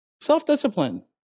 Self-discipline